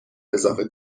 اضافه